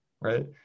right